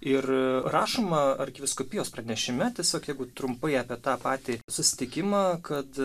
ir rašoma arkivyskupijos pranešime tiesiog jeigu trumpai apie tą patį susitikimą kad